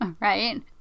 Right